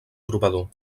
trobador